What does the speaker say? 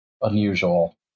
unusual